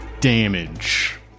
damage